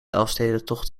elfstedentocht